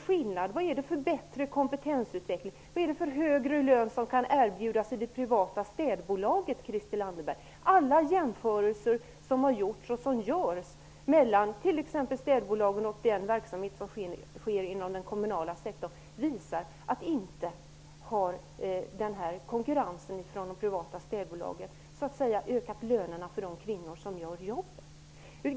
Vad är det för bättre kompetensutveckling, vad är det för högre lön som kan erbjudas i det privata städbolaget, Christel Anderberg? Vari ligger skillnaden? Alla jämförelser som gjorts och som görs mellan t.ex. städbolagen och den verksamhet som sker inom den kommunala sektorn visar att konkurrensen från de privata städbolagen inte har ökat lönerna för de kvinnor som gör jobbet.